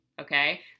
Okay